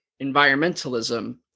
environmentalism